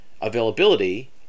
availability